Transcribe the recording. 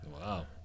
Wow